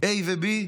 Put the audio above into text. A ו-B,